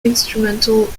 instrumental